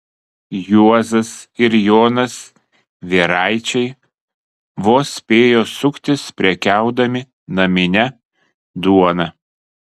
juozas ir jonas vieraičiai vos spėjo suktis prekiaudami namine duona